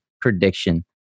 prediction